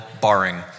barring